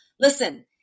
listen